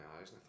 eyes